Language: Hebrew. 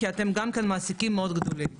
כי אתם גם כן מעסיקים מאוד גדולים.